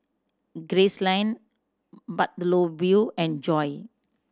Gracelyn Bartholomew and Joye